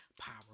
power